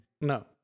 No